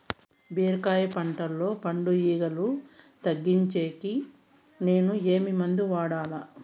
బీరకాయ పంటల్లో పండు ఈగలు తగ్గించేకి నేను ఏమి మందులు వాడాలా?